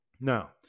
Now